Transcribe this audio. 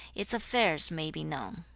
its affairs may be known